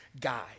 guy